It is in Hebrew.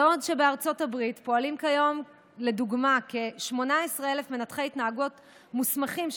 בעוד בארצות הברית פועלים כיום לדוגמה כ-18,000 מנתחי התנהגות מוסמכים,